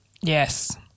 Yes